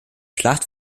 schlacht